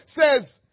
says